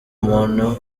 umuntu